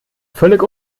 völlig